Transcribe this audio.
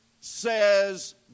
says